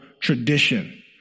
tradition